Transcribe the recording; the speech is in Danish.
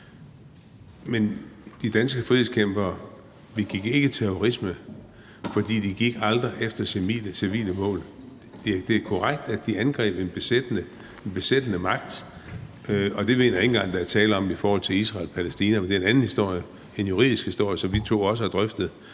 Men de danske frihedskæmpere begik ikke terrorisme, for de gik aldrig efter civile mål. Det er korrekt, at de angreb en besættende magt, og det mener jeg ikke engang der er tale om i forhold i Israel-Palæstina-konflikten, for det er en anden historie, en juridisk historie, som vi to også har drøftet